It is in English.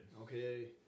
Okay